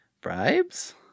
Bribes